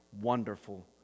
wonderful